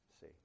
See